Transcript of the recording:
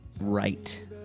right